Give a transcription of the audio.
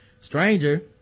Stranger